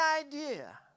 idea